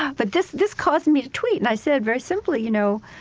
ah but this this caused me to tweet. and i said very simply, you know,